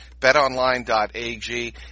betonline.ag